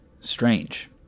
Strange